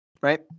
Right